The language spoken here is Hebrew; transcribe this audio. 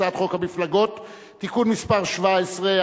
הצעת חוק המפלגות (תיקון מס' 17),